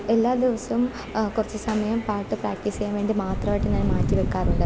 എല്ലാ ദിവസവും കുറച്ച് സമയം പാട്ട് പ്രാക്ടീസെയ്യാന് വേണ്ടി മാത്രമായിട്ട് ഞാൻ മാറ്റിവെക്കാറുണ്ട്